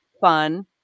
fun